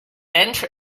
bench